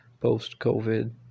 post-COVID